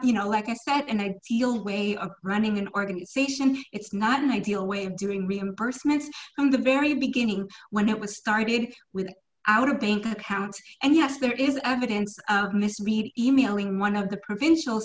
you know like i said and i feel way of running an organization it's not an ideal way of doing reimbursements from the very beginning when it was started with our bank accounts and yes there is evidence misread e mailing one of the provincial